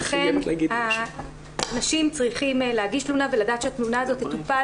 אכן אנשים צריכים להגיש תלונה ולדעת שהתלונה הזאת תטופל